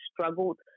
struggled